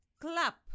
clap